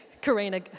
Karina